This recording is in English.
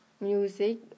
music